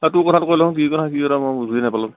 তাত তােৰ কথাতো কৈ লও চোন কি কথা কি কথা মই বুজিয়ে নেপালোঁ